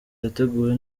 yateguwe